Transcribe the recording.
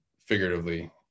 figuratively